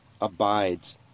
abides